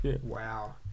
Wow